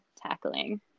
tackling